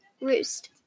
roost